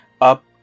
up